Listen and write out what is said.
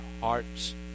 heart's